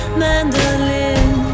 mandolin